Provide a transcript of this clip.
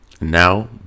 Now